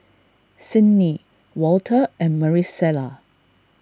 Cydney Walter and Marisela